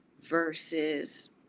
versus